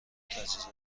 تجهیزات